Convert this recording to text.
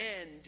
end